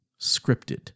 scripted